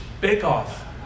bake-off